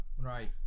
Right